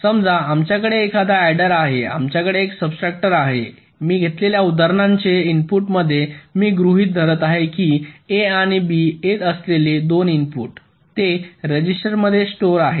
समजा आमच्याकडे एखादा अॅडर आहे आमच्याकडे एक सबट्रक्टर आहे मी घेतलेल्या उदाहरणांचे इनपुटमध्ये मीगृहित धरत आहे की A आणि B येत असलेले 2 इनपुट ते 2 रजिस्टरमध्ये स्टोअर आहेत